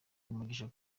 umugisha